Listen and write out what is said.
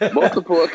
Multiple